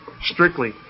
strictly